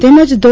તેમજ ધો